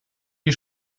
die